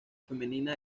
femenina